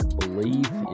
believe